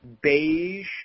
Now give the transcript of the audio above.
beige